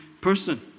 person